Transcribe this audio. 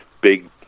big